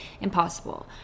impossible